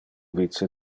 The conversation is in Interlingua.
vice